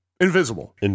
Invisible